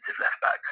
left-back